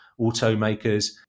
automakers